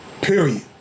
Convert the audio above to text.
Period